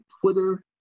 Twitter